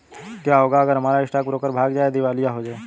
क्या होगा अगर हमारा स्टॉक ब्रोकर भाग जाए या दिवालिया हो जाये?